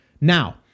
now